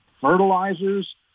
fertilizers